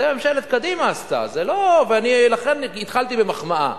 זה ממשלת קדימה עשתה, זה לא, ולכן התחלתי במחמאה.